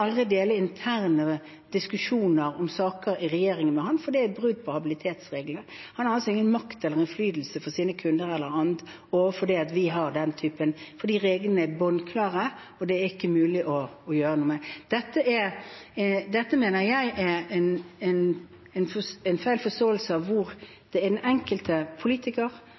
interne diskusjoner om saker i regjeringen med ham, fordi det er brudd på habilitetsreglene. Han gir altså ingen makt eller innflytelse til sine kunder eller andre, fordi reglene er bunnklare, og det er det ikke mulig å gjøre noe med. Dette mener jeg er en feil forståelse – det er den enkelte politiker,